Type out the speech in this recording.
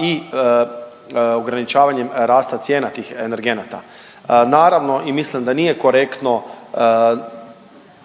i ograničavanjem rasta cijena tih energenata. Naravno i mislim da nije korektno